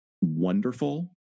wonderful